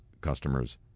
customers